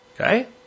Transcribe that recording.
Okay